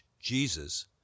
Jesus